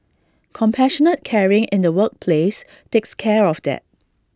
compassionate caring in the workplace takes care of that